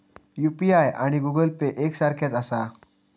UPI आणि Google Pay एक सारख्याच आसा?